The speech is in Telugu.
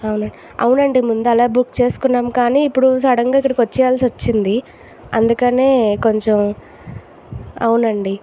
అవును అవునండి ముందు అలా బుక్ చేసుకున్నాం కానీ ఇప్పుడు సడన్గా ఇక్కడికి వచ్చేయాల్సి వచ్చింది అందుకనే కొంచెం అవునండి